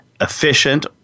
efficient